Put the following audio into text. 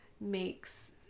makes